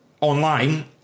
online